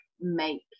make